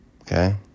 Okay